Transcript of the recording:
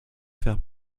faire